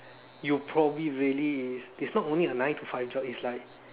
you probably really is it's not only a nine to five job is like